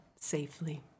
safely